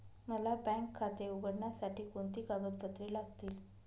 मला बँक खाते उघडण्यासाठी कोणती कागदपत्रे लागतील?